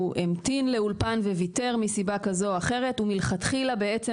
המתין לאולפן וויתר מסיבה כזו או אחרת ומלכתחילה בעצם